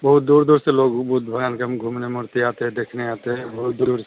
बहुत दूर दूर से लोग बुद्ध भगवान की घूमने मूर्ति आते हैं देखने आते हैं बहुत दूर से